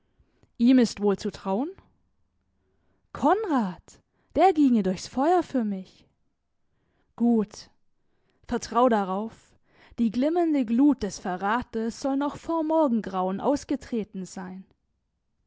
ihm ist wohl zu trauen konrad der ginge durchs feuer für mich gut vertrau darauf die glimmende glut des verrates soll noch vor morgengrauen ausgetreten sein